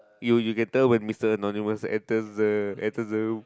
you you can tell when Mister Nadir wants to attends the attends the